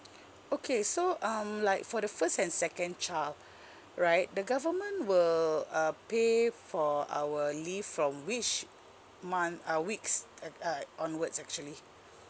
okay so um like for the first and second child right the government will uh pay for our leave from which month uh weeks uh uh onwards actually